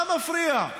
מה מפריע?